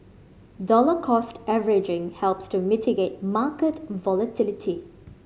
dollar cost averaging helps to mitigate market volatility